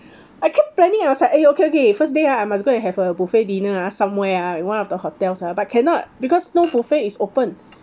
I keep planning I was like eh okay okay first day ah I must go and have a buffet dinner ah somewhere ah in one of the hotels ah but cannot because no buffet is open